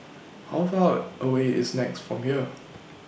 How Far away IS Nex from here